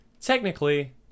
Technically